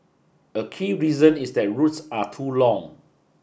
a key reason is that routes are too long